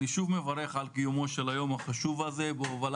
אני שוב מברך על קיומו של היום החשוב הזה בהובלה